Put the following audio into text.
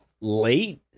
late